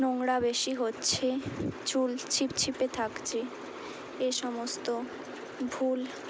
নোংরা বেশি হচ্ছে চুল চিপ চিপে থাকছে এ সমস্ত ভুল